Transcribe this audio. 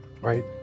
right